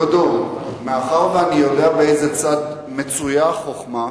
דודו, מאחר שאני יודע באיזה צד מצויה החוכמה,